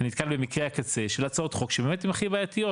אתה נתקל במקרה הקצה של הצעות חוק שבאמת הם הכי בעייתיות,